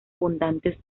abundantes